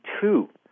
two